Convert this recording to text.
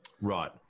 Right